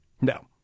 No